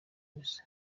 ubusa